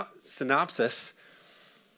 synopsis